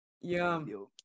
Yum